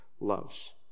loves